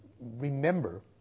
remember